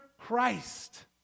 Christ